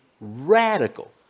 radical